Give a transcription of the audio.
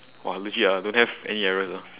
!wah! legit ah don't have any errors ah